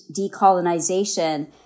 decolonization